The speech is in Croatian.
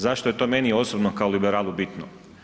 Zašto je to meni osobno kao liberalu bitno?